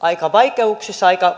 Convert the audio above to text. aika vaikeuksissa aika